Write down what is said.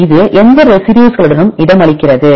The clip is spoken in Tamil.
எனவே இது எந்த ரெசிடியூஸ்களுடன் இடமளிக்கப்படுகிறது